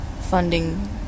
funding